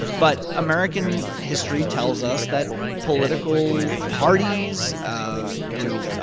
but american history tells us that political parties, ah you know,